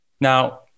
Now